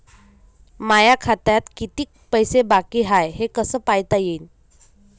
माया खात्यात कितीक पैसे बाकी हाय हे कस पायता येईन?